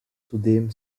zudem